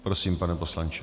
Prosím, pane poslanče.